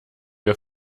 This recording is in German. wir